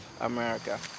America